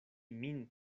min